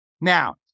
Now